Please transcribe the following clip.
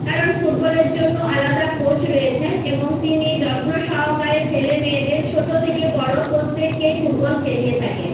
কারণ ফুটবলের জন্য আলাদা কোচ রয়েছেন এবং তিনি যত্ন সহকারে ছেলে মেয়েদের ছোট থেকে বড় প্রত্যেককেই ফুটবল খেলিয়ে থাকেন